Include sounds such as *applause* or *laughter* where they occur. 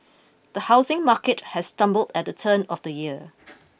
the housing market has stumbled at the turn of the year *noise*